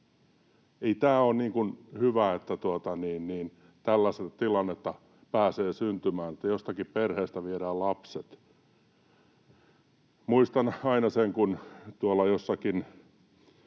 Ei tämä ole hyvä, että tällainen tilanne pääsee syntymään, että jostakin perheestä viedään lapset. Muistan aina sen, kun tuolla jossakin